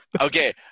Okay